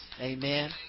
Amen